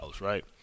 right